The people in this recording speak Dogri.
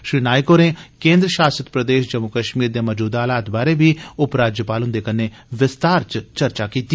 श्री नायक होरें केन्द्र शासित प्रदेश जम्मू कश्मीर दे मौजूदा हालात बारै बी उपराज्यपाल हुन्दे कन्नै विस्तार कन्नै चर्चा कीती